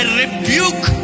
rebuke